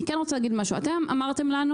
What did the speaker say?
אני רוצה להגיד משהו אתם אמרתם לנו